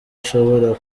ashobora